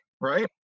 right